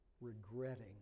regretting